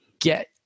get